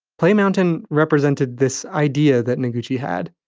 play mountain represented this idea that noguchi had,